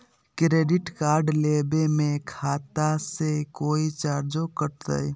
Credit card लेवे में खाता से कोई चार्जो कटतई?